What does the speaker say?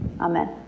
amen